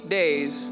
days